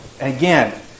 again